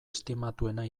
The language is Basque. estimatuena